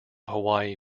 hawaii